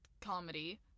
comedy